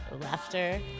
laughter